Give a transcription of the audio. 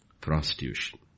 Prostitution